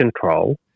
control